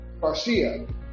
Garcia